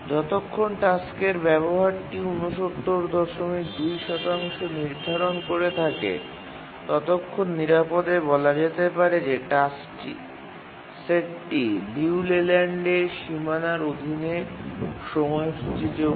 যতক্ষণ টাস্কের ব্যবহারটি ৬৯২ নির্ধারণ করা থাকে ততক্ষণ নিরাপদে বলা যেতে পারে যে টাস্ক সেটটি লিউ লেল্যান্ডের সীমানার অধীনে সময়সূচীযোগ্য